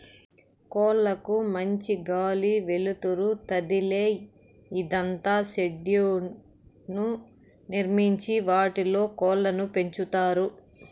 కోళ్ళ కు మంచి గాలి, వెలుతురు తదిలే ఇదంగా షెడ్లను నిర్మించి వాటిలో కోళ్ళను పెంచుతారు